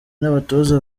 n’abatoza